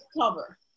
cover